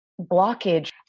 blockage